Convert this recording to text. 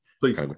Please